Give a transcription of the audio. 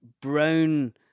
brown